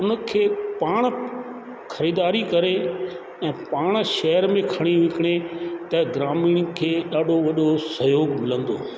उन खे पाण ख़रीदारी करे ऐं पाण शहर में खणी विकिणे कंहिं ग्रामीण खे वॾो वॾो सहयोगु मिलंदो